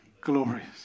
Glorious